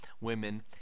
women